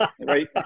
right